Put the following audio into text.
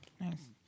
Nice